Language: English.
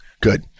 good